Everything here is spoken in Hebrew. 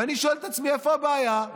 ואני שואל את עצמי, איפה הבעיה?